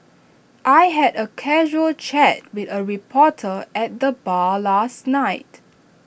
I had A casual chat with A reporter at the bar last night